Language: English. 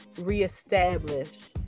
Reestablish